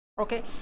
okay